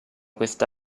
questa